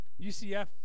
UCF